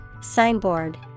Signboard